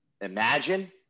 imagine